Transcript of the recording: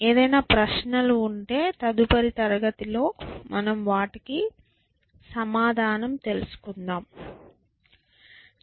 ఏదైనా ప్రశ్నలు ఉంటే తదుపరి తరగతిలో మనము వాటికి సమాధానం తెలుసుకుందాం